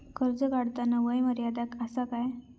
कर्ज काढताना वय मर्यादा काय आसा?